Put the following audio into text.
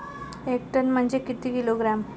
एक टन म्हनजे किती किलोग्रॅम?